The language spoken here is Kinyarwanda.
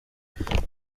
zitunganya